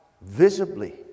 visibly